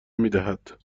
میدهد